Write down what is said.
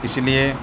اِس لیے